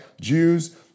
Jews